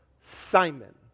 Simon